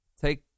Take